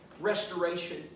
restoration